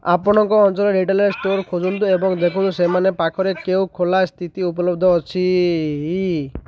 ଆପଣଙ୍କ ଅଞ୍ଚଳରେ retail store ଖୋଜନ୍ତୁ ଏବଂ ଦେଖନ୍ତୁ ସେମାନଙ୍କ ପାଖରେ କେଉଁ ଖୋଲା ସ୍ଥିତି ଉପଲବ୍ଧ ଅଛି